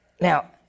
Now